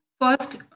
First